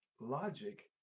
logic